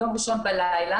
יום ראשון בלילה